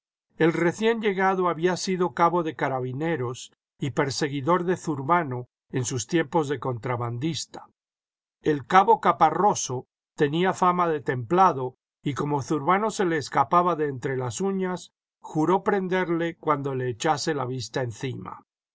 el recién llegado había sido cabo de carabineros y perseguidor de zurbano en sus tiempos de contrabandista el cabo caparroso tenía fama de templado y como zurbano se le escapaba de entre las uñas juró prenderle cuando le echase la vista encima